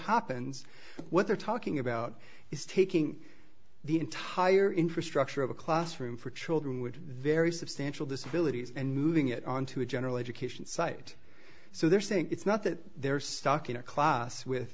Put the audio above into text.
happens what they're talking about is taking the entire infrastructure of a classroom for children would very substantial disability and moving it onto a general education site so they're saying it's not that they're stuck in a class with